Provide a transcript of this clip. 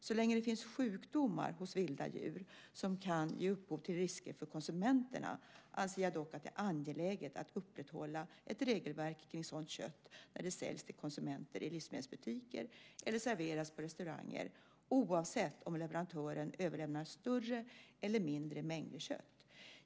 Så länge det finns sjukdomar hos vilda djur som kan ge upphov till risker för konsumenterna anser jag dock att det är angeläget att upprätthålla ett regelverk kring sådant kött när det säljs till konsumenter i livsmedelsbutiker eller serveras på restauranger, oavsett om leverantören överlämnar större eller mindre mängder kött.